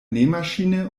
nähmaschine